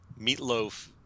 Meatloaf